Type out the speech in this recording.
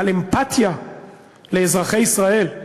על אמפתיה לאזרחי ישראל,